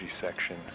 Section